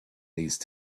these